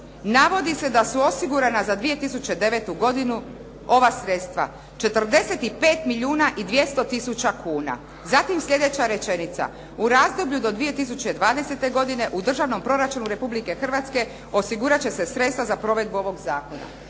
navodi se da su osigurana za 2009. godinu ova sredstva 45 milijuna i 200 tisuća kuna. Zatim sljedeća rečenica: "U razdoblju do 2020. godine u Državnom proračunu Republike Hrvatske osigurati će se sredstva za provedbu ovoga zakona.".